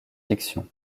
fiction